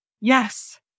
Yes